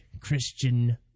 Christian